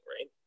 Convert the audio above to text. right